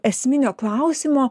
esminio klausimo